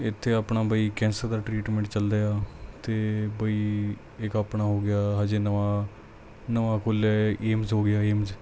ਇੱਥੇ ਆਪਣਾ ਬਈ ਕੈਂਸਰ ਦਾ ਟ੍ਰੀਟਮੈਂਟ ਚੱਲਿਆ ਅਤੇ ਬਾਈ ਇੱਕ ਆਪਣਾ ਹੋ ਗਿਆ ਹਾਲੇ ਨਵਾਂ ਨਵਾਂ ਖੁੱਲ੍ਹਿਆ ਹੈ ਏਮਸ ਹੋ ਗਿਆ ਏਮਸ